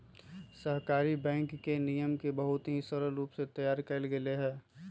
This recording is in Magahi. सहकारी बैंक के नियम के बहुत ही सरल रूप से तैयार कइल गैले हई